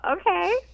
Okay